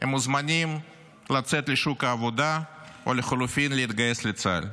הם מוזמנים לצאת לשוק העבודה או לחלופין להתגייס לצה"ל,